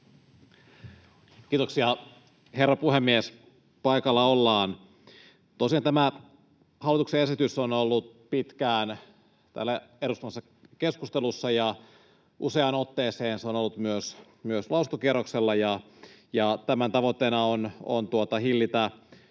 Kiitoksia, herra puhemies! Paikalla ollaan. Tosiaan tämä hallituksen esitys on ollut pitkään täällä eduskunnassa keskustelussa, ja useaan otteeseen se on ollut myös lausuntokierroksella. Tämän tavoitteena on hillitä